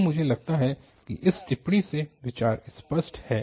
तो मुझे लगता है कि इस टिप्पणी से विचार स्पष्ट है